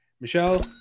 Michelle